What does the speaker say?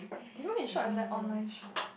even you shop is at online shop